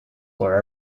floor